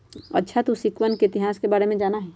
अच्छा तू सिक्कवन के इतिहास के बारे में जाना हीं?